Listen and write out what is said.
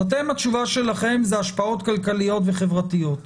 אז התשובה שלכם היא "השפעות כלכליות וחברתיות".